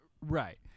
Right